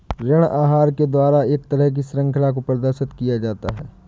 ऋण आहार के द्वारा एक तरह की शृंखला को प्रदर्शित किया जाता है